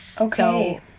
Okay